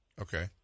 Okay